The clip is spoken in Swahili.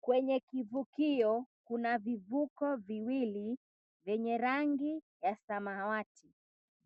Kwenye kivukio kuna vivuko viwili vyenye rangi ya samawati.